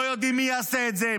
לא יודעים מי יעשה את זה,